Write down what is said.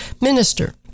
minister